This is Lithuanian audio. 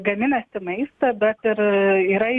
gaminasi maistą bet ir yra